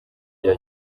rya